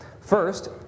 First